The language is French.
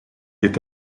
est